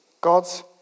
God's